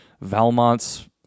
valmont's